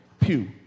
pew